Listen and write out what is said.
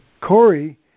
Corey